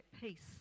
peace